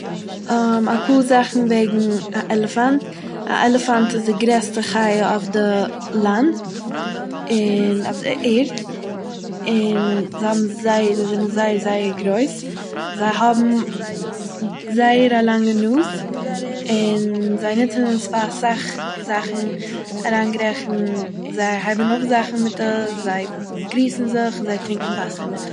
אפאהר זאכן וועגן א עלעפאנט, א עלעפאנט איז די גרעסטע חי' אויף די לאנד און אויף די ערד, און זיי האבן זייער זיי זענען זייער זייער גרויס זיי האבן pause זייער א לאנגע נאז און זיי נוצן עס פאר אסאך זאכן אריינגערעכנט זיי הייבן אויף זאכן מיט עס זיי גריסן זיך, זיי טרינקען וואסער מיט עס.